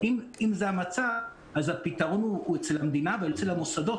אם זה המצב אז הפתרון אצל המדינה ואצל המוסדות,